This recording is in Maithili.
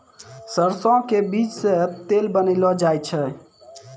सरसों के बीज सॅ तेल बनैलो जाय छै